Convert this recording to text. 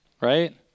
Right